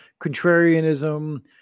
contrarianism